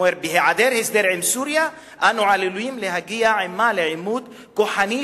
הוא אומר: בהיעדר הסדר עם סוריה אנו עלולים להגיע עמה לעימות כוחני,